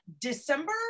december